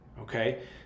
okay